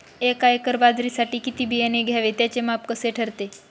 एका एकर बाजरीसाठी किती बियाणे घ्यावे? त्याचे माप कसे ठरते?